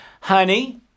Honey